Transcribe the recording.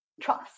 trust